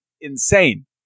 insane